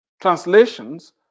translations